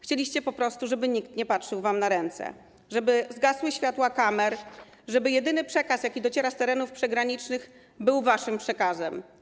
Chcieliście po prostu, żeby nikt nie patrzył wam na ręce, żeby zgasły światła kamer, żeby jedyny przekaz, jaki dociera z terenów przygranicznych, był waszym przekazem.